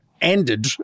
ended